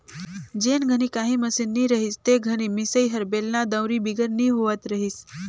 जेन घनी काही मसीन नी रहिस ते घनी मिसई हर बेलना, दउंरी बिगर नी होवत रहिस